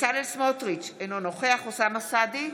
בצלאל סמוטריץ' אינו נוכח אוסאמה סעדי,